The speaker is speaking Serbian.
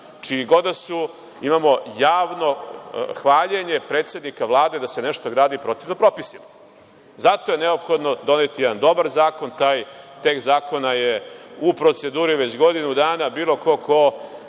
čiji god da su, imamo javno hvaljenje predsednika Vlade da se nešto gradi protivno propisima. Zato je neophodno doneti jedan dobar zakon. Taj tekst zakona je u proceduri već godinu dana. Bilo ko ko